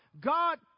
God